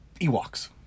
Ewoks